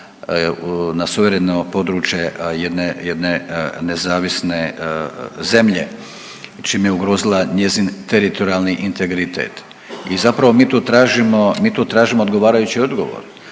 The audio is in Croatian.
na suvereno područje jedne, jedne nezavisne zemlje čime je ugrozila njezin teritorijalni integritet i zapravo mi tu tražimo, mi tu tražimo odgovarajući odgovor,